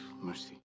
mercy